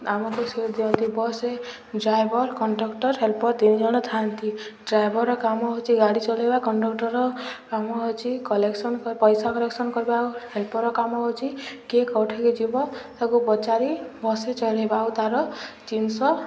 ଆମକୁ ସିଟ୍ ଦିଅନ୍ତି ବସ୍ରେ ଡ୍ରାଇଭର କଣ୍ଡକ୍ଟର ହେଲ୍ପର ତିନି ଜଣ ଥାନ୍ତି ଡ୍ରାଇଭର କାମ ହେଉଛି ଗାଡ଼ି ଚଲେଇବା କଣ୍ଡକ୍ଟର କାମ ହେଉଛି କଲେକ୍ସନ ପଇସା କଲେକ୍ସନ କରିବା ହେଲ୍ପର କାମ ହେଉଛି କିଏ କୋଉଠକି ଯିବ ତାକୁ ପଚାରି ବସ୍ରେ ଚଢ଼େଇବା ଆଉ ତାର ଜିନିଷ